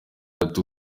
ati